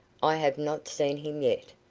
i have not seen him yet.